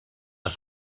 are